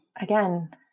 again